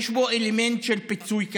יש בו אלמנט של פיצוי כספי.